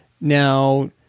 Now